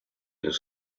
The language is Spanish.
los